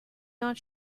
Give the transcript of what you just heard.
not